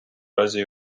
разі